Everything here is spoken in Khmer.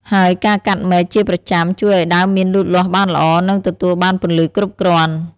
ហើយការកាត់មែកជាប្រចាំជួយឱ្យដើមមៀនលូតលាស់បានល្អ និងទទួលបានពន្លឺគ្រប់គ្រាន់។